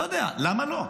לא יודע, למה לא?